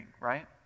right